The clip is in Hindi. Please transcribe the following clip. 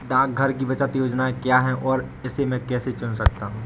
डाकघर की बचत योजनाएँ क्या हैं और मैं इसे कैसे चुन सकता हूँ?